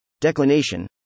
Declination